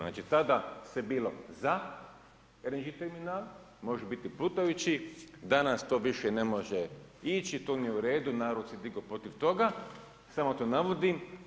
Znači, tada se bilo za LNG terminal, može biti plutajući, danas to više ne može ići, to nije u redu, narod se digao protiv toga, samo to navodim.